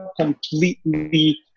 completely